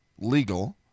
legal